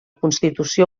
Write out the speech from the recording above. constitució